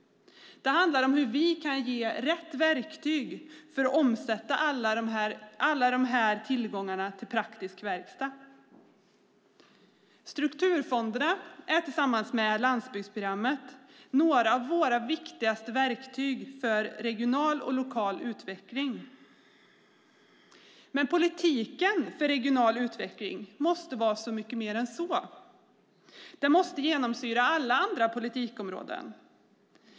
Det handlar om hur vi kan ge rätt verktyg för att omsätta alla de här tillgångarna i praktisk verkstad. Strukturfonderna är tillsammans med landsbygdsprogrammet några av våra viktigaste verktyg för regional och lokal utveckling. Men politiken för regional utveckling måste vara mycket mer än så. Den måste genomsyra alla andra politikområden.